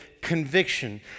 conviction